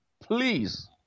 please